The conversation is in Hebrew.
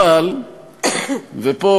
ופה,